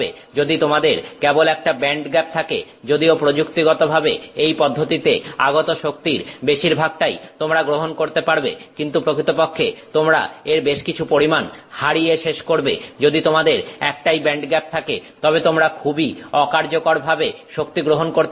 যদি তোমাদের কেবল একটা ব্যান্ডগ্যাপ থাকে যদিও প্রযুক্তিগতভাবে এই পদ্ধতিতে আগত শক্তির বেশিরভাগটাই তোমরা গ্রহণ করতে পারবে কিন্তু প্রকৃতপক্ষে তোমরা এর বেশ কিছু পরিমাণ হারিয়ে শেষ করবে যদি তোমাদের একটাই ব্যান্ডগ্যাপ থাকে তবে তোমরা খুবই অকার্যকর ভাবে শক্তি গ্রহণ করতে পারবে